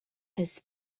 has